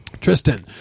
Tristan